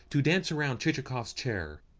to dance around chichikov's chair,